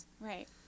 right